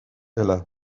uile